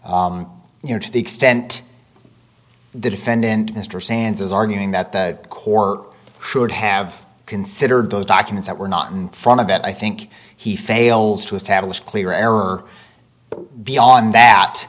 that you know to the extent the defendant mr sands is arguing that the court should have considered those documents that were not in front of that i think he fails to establish clear error but beyond that